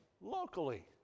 locally